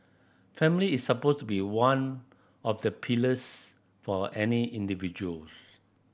family is supposed to be one of the pillars for any individual